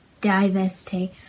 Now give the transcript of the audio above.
diversity